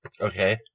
Okay